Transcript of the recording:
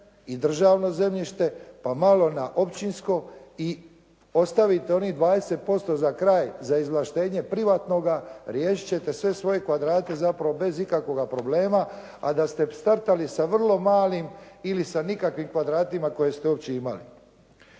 i državno zemljište pa malo na općinsko i ostavite onih 20% za kraj za izvlaštenje privatnoga, riješiti ćete sve svoje kvadrate zapravo bez ikakvoga problema, a da ste startali sa vrlo malim ili sa nikakvim kvadratima koje ste uopće imali.